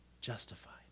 justified